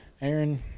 Aaron